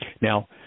Now